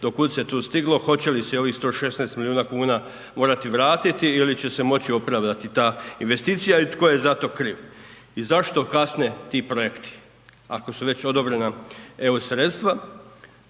do kud se tu stiglo, hoće li se ovih 116 milijuna kuna morati vratiti ili će se moći opravdati ta investicija i tko je za to kriv i zašto kasne ti projekti? Ako su već odobrena EU sredstva,